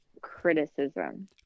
criticism